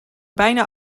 bijna